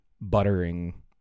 buttering